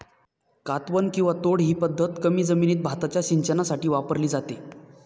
कातवन किंवा तोड ही पद्धत कमी जमिनीत भाताच्या सिंचनासाठी वापरली जाते